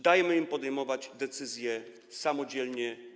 Dajmy im podejmować decyzje samodzielnie.